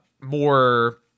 more